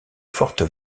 fortes